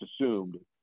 assumed